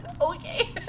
Okay